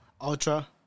Ultra